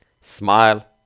smile